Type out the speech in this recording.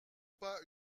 pas